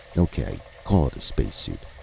okay, call it a spacesuit.